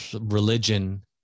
religion